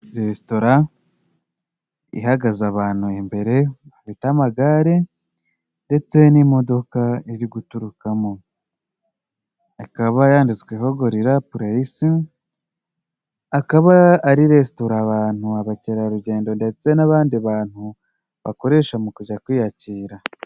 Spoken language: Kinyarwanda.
Resitora ihagaze abantu imbere bafite amagare ndetse n'imodoka iri guturukamo. Ikaba yanditsweho Golila puleyise, akaba ari resitorat abantu, abakerarugendo ndetse n'abandi bantu bakoresha mu kujya kwiyakira.